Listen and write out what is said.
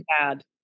bad